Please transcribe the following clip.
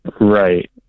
Right